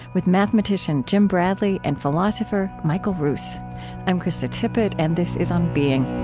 with mathematician jim bradley and philosopher michael ruse i'm krista tippett, and this is on being